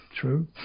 true